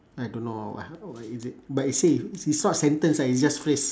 I don't know what or what is it but it say it's not a sentence right it's just phrase